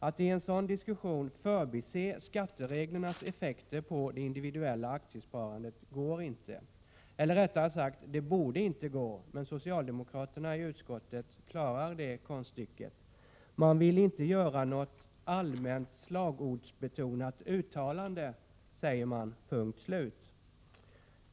Att i en sådan diskussion förbise skattereglernas effekter på det individuella aktiesparandet går inte. Eller rättare sagt: Det borde inte gå. Men socialdemokraterna i utskottet klarar det konststycket. Man vill inte göra något ”allmänt, slagordsbetonat uttalande”, säger man. Punkt, slut!